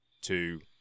two